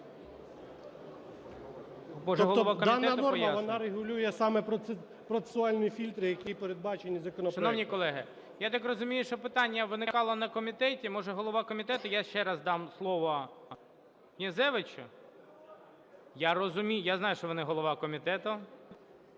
дана норма, вона регулює саме процесуальні фільтри, які передбачені законопроектом.